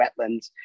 wetlands